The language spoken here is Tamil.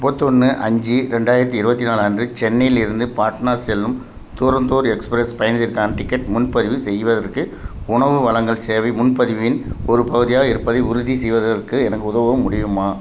முப்பத்தொன்று அஞ்சு ரெண்டாயிரத்தி இருபத்தி நாலு அன்று சென்னையில் இருந்து பாட்னா செல்லும் துரந்தோர் எக்ஸ்பிரஸ் பயணத்திற்கான டிக்கெட் முன்பதிவு செய்வதற்கு உணவு வழங்கல் சேவை முன்பதிவின் ஒரு பகுதியாக இருப்பதை உறுதி செய்வதற்கு எனக்கு உதவ முடியுமா